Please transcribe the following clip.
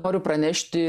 noriu pranešti